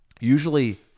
Usually